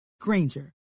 granger